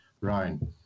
Ryan